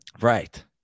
Right